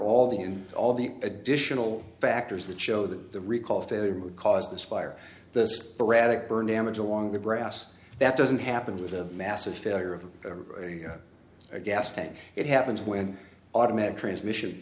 all the and all the additional factors that show that the recall failure caused this fire the sporadic burn damage along the brass that doesn't happen with a massive failure of a gas tank it happens when automatic transmission